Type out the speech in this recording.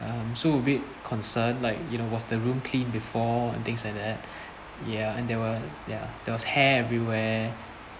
um so a bit concerned like you know was the room clean before and things like that ya and there were ya there was hair everywhere